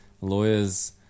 lawyers